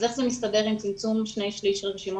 אז איך זה מסתדר עם צמצום של שני שליש מרשימת